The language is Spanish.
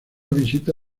visita